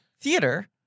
theater